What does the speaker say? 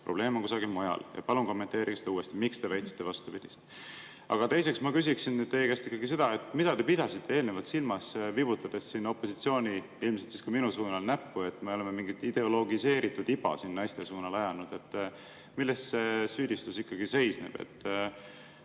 probleem on kusagil mujal. Palun kommenteerige uuesti, miks te väitsite vastupidist. Aga teiseks ma küsin teie käest ikkagi seda, mida te pidasite eelnevalt silmas, viibutades siin opositsiooni, ilmselt siis ka minu suunal näppu, et me oleme mingit ideologiseeritud iba siin naiste suunal ajanud. Milles see süüdistus ikkagi seisneb?